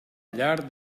llar